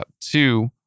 Two